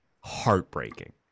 Heartbreaking